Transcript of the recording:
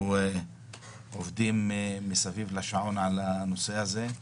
אנחנו עובדים מסביב לשעון על הנושא הזה.